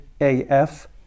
AF